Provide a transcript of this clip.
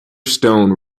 stone